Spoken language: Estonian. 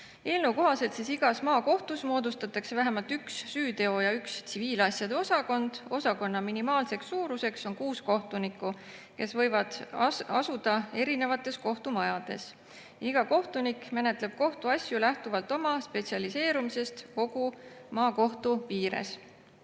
Eelnõu kohaselt moodustatakse igas maakohtus vähemalt üks süüteo‑ ja üks tsiviilosakond. Osakonna minimaalseks suuruseks on kuus kohtunikku, kes võivad asuda erinevates kohtumajades. Iga kohtunik menetleb kohtuasju lähtuvalt oma spetsialiseerumisest kogu maakohtu piires.